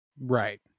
Right